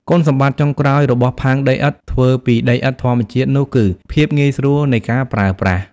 គុណសម្បត្តិចុងក្រោយរបស់ផើងដីឥដ្ឋធ្វើពីដីឥដ្ឋធម្មជាតិនោះគឺ ភាពងាយស្រួលនៃការប្រើប្រាស់។